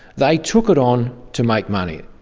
they took it on to make money,